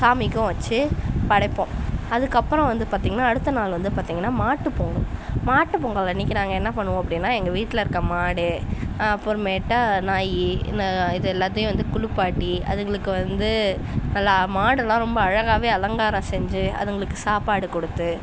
சாமிக்கும் வச்சு படைப்போம் அதுக்கப்புறம் வந்து பார்த்திங்கன்னா அடுத்த நாள் வந்து பார்த்திங்கன்னா மாட்டுப் பொங்கல் மாட்டுப் பொங்கல் அன்றைக்கி நாங்கள் என்ன பண்ணுவோம் அப்படின்னா எங்கள் வீட்டில் இருக்கற மாடு அப்புறமேட்டா நாய் ந இது எல்லாத்தையும் வந்து குளிப்பாட்டி அதுங்களுக்கு வந்து நல்லா மாடெலாம் ரொம்ப அழகாகவே அலங்காரம் செஞ்சு அதுங்களுக்கு சாப்பாடு கொடுத்து